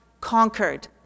conquered